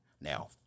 Now